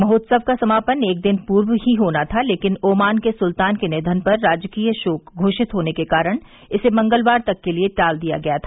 महोत्सव का समापन एक दिन पूर्व ही होना था लेकिन ओमान के सुल्तान के निधन पर राजकीय शोक घोषित होने के कारण इसे मंगलवार तक के लिए टाल दिया गया था